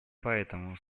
поэтому